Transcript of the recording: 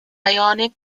ionic